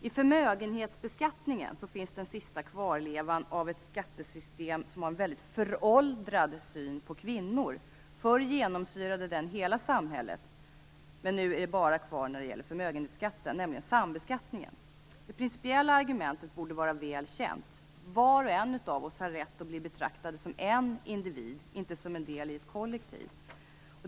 I förmögenhetsbeskattningen finns den sista kvarlevan av ett skattesystem som har en väldigt föråldrad syn på kvinnor. Förr genomsyrade den synen hela samhället, men nu finns den bara kvar när det gäller förmögenhetsskatten, nämligen sambeskattningen. Det principiella argumentet borde vara väl känt. Var och en av oss har rätt att bli betraktade som en individ, inte som en del i ett kollektiv.